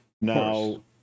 now